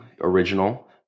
original